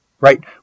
right